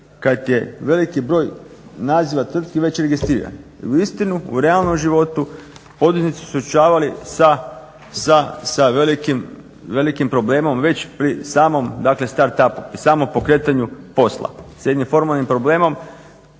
kad je veliki broj naziva tvrtki već registriran. I uistinu u realnom životu poduzetnici su se suočavali sa velikim problemom već pri samom dakle start up-u, samom pokretanju posla s jednim formalnim problemom